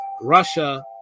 Russia